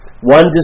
One